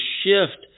shift